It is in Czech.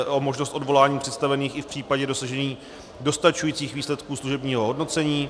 Možnost odvolání představených i v případě dosažení dostačujících výsledků služebního hodnocení.